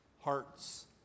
hearts